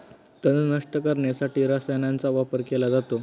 तण नष्ट करण्यासाठी रसायनांचा वापर केला जातो